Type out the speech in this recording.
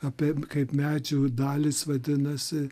apie kaip medžių dalys vadinasi